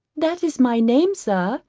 that is my name, sir,